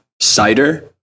cider